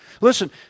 Listen